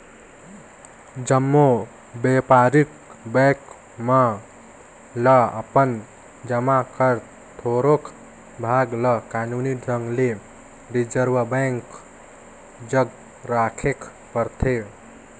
जम्मो बयपारिक बेंक मन ल अपन जमा कर थोरोक भाग ल कानूनी ढंग ले रिजर्व बेंक जग राखेक परथे